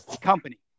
company